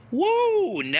Whoa